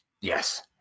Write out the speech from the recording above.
Yes